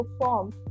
perform